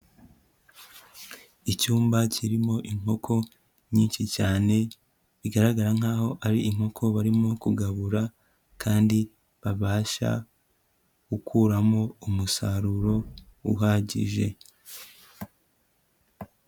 Icyumba kirimo inkoko nyinshi cyane, bigaragara nkaho ari inkoko barimo kugabura kandi babasha gukuramo umusaruro uhagije.